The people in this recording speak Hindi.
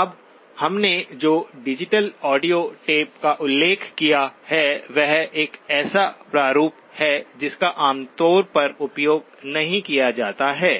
अब हमने जो डिजिटल ऑडियो टेप का उल्लेख किया है वह एक ऐसा प्रारूप है जिसका आमतौर पर उपयोग नहीं किया जाता है